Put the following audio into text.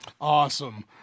Awesome